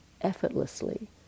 effortlessly